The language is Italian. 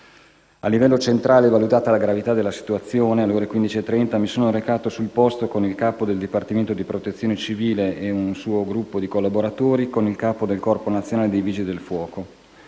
A livello centrale, valutata la gravità della situazione, alle ore 15,30 mi sono recato sul posto con il capo del Dipartimento di protezione civile, un gruppo di suoi collaboratori e il capo del Corpo nazionale dei vigili del fuoco.